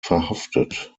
verhaftet